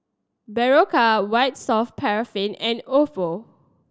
Berocca White Soft Paraffin and Oppo